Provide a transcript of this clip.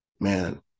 Man